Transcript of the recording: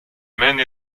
maine